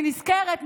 אני נזכרת,